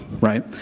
right